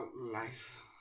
life